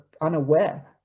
unaware